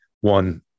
one